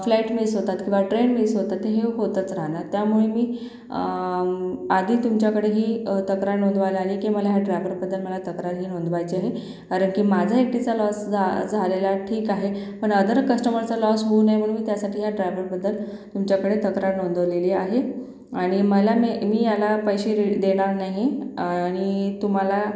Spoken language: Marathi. फ्लाईट मिस होतात किंवा ट्रेन मिस होतात तर हे होतंच राहणार त्यामुळे मी आधी तुमच्याकडे ही तक्रार नोंदवायला आले की मला ह्या ड्रायवरबद्दल मला तक्रार ही नोंदवायची आहे कारण की माझा एकटीचा लॉस झा झालेला ठीक आहे पण अदर कस्टमरचा लॉस होऊ नये म्हणून मी त्यासाठी या ड्रायव्हरबद्दल तुमच्याकडे तक्रार नोंदवलेली आहे आणि मला मी मी याला पैसे रि देणार नाही आणि तुम्हाला